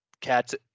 cats